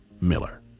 Miller